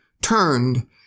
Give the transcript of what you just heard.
turned